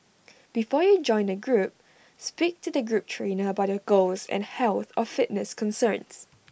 before you join A group speak to the group trainer about your goals and health or fitness concerns